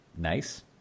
nice